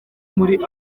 muri